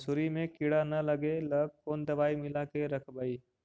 मसुरी मे किड़ा न लगे ल कोन दवाई मिला के रखबई?